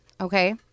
Okay